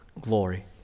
glory